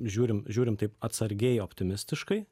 žiūrim žiūrim taip atsargiai optimistiškai